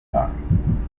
time